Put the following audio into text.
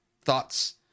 thoughts